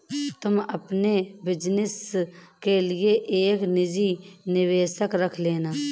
तुम अपने बिज़नस के लिए एक निजी निवेशक रख लेना